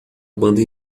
banda